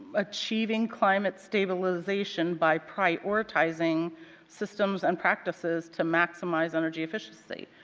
achieving climate stabilization by prioritizing systems and practices to maximize energy efficiency.